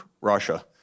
Russia